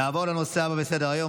נעבור לנושא הבא בסדר-היום,